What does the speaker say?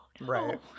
Right